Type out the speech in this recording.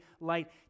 light